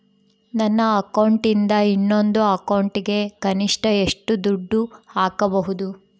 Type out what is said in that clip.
ನನ್ನ ಅಕೌಂಟಿಂದ ಇನ್ನೊಂದು ಅಕೌಂಟಿಗೆ ಕನಿಷ್ಟ ಎಷ್ಟು ದುಡ್ಡು ಹಾಕಬಹುದು?